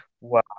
Wow